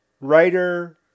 writer